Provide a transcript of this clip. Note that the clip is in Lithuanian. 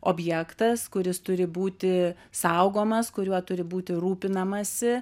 objektas kuris turi būti saugomas kuriuo turi būti rūpinamasi